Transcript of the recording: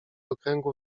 okręgu